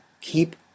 keep